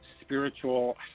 spiritual